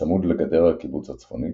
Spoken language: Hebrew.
בצמוד לגדר הקיבוץ הצפונית,